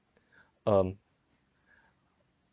um